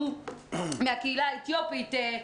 מהקהילה האתיופית,